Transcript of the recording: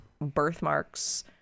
birthmarks